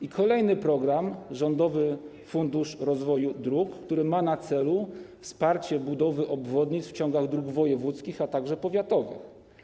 I kolejny program: Rządowy Funduszu Rozwoju Dróg, który ma na celu wsparcie budowy obwodnic w ciągach dróg wojewódzkich, a także powiatowych.